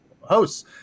hosts